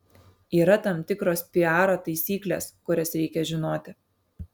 yra tam tikros piaro taisykles kurias reikia žinoti